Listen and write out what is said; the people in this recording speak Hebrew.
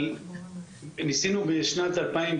משרד התחבורה ניסה בשנים 2008,